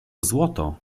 złoto